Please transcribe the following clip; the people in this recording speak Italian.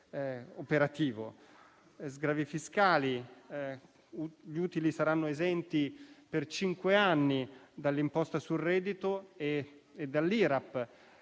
operativo. Gli utili saranno esenti per cinque anni dall'imposta sul reddito e dall'Irap.